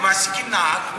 הם מעסיקים נהג שמסיע ילדים,